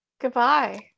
goodbye